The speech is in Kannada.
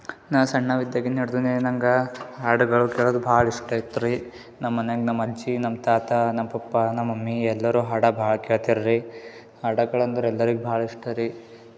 ನಾ ಸಣ್ಣವ ಇದ್ದಾಗಿಂದ ನಡ್ದೀನಿ ನಂಗೆ ಹಾಡಗಳು ಕೇಳದು ಭಾಳ ಇಷ್ಟ ಇತ್ರೀ ನಮ್ಮ ಮನೆಗೆ ನಮ್ಮ ಅಜ್ಜಿ ನಮ್ಮ ತಾತ ನಮ್ಮ ಪಪ್ಪಾ ನಮ್ಮ ಮಮ್ಮಿ ಎಲ್ಲರು ಹಾಡು ಭಾಳ ಕೇಳ್ತಾರೆ ರೀ ಹಾಡಗಳಂದ್ರೆ ಎಲ್ಲರಿಗೆ ಭಾಳ ಇಷ್ಟ ರೀ